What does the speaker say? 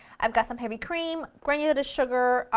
i've got some heavy cream, granulated sugar, ah